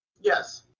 Yes